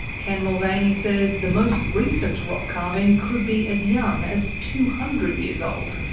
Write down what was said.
ken mulvaney says the most recent rock carving could be as young as two hundred years old.